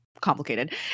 complicated